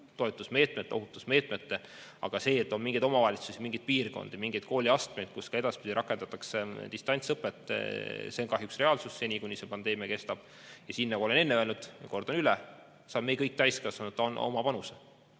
toetusmeetmete ja ohutusmeetmetega. Aga see, et on mingeid omavalitsusi, mingeid piirkondi, mingeid kooliastmeid, kus ka edaspidi rakendatakse distantsõpet, on kahjuks reaalsus seni, kuni see pandeemia kestab. Nagu ma olen enne öelnud ja kordan üle, saame me kõik täiskasvanutena anda oma panuse.